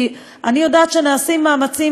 כי אני יודעת שנעשים מאמצים